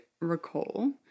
recall